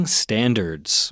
standards